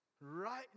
right